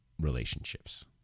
relationships